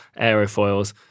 aerofoils